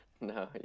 No